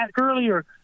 earlier